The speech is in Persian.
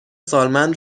سالمندان